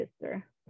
sister